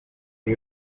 new